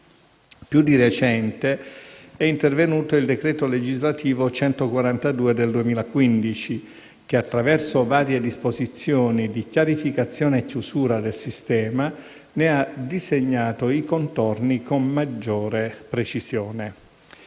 Più di recente, è intervenuto il decreto legislativo n. 142 del 2015 che, attraverso varie disposizioni di chiarificazione e chiusura del sistema, ne ha disegnato i contorni con maggiore precisione.